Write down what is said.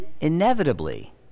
inevitably